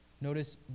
Notice